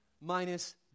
minus